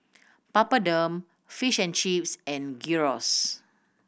Papadum Fish and Chips and Gyros